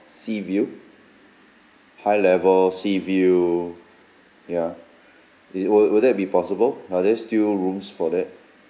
sea view high level sea view ya it will will that be possible are there still rooms for that